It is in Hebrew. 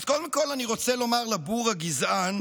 אז קודם כול אני רוצה לומר לבור הגזען,